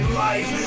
life